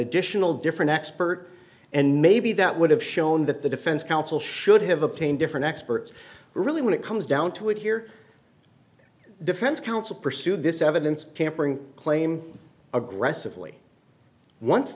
additional different expert and maybe that would have shown that the defense counsel should have obtained different experts really when it comes down to it here defense counsel pursued this evidence tampering claim aggressively once